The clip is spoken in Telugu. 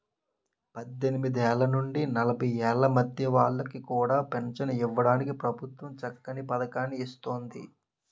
పద్దెనిమిదేళ్ల నుండి నలభై ఏళ్ల మధ్య వాళ్ళకి కూడా పెంచను ఇవ్వడానికి ప్రభుత్వం చక్కని పదకాన్ని ఇస్తోంది